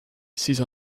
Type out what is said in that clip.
siis